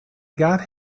got